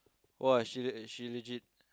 !wah! she uh she legit